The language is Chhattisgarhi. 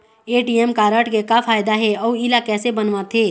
ए.टी.एम कारड के का फायदा हे अऊ इला कैसे बनवाथे?